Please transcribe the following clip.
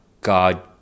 God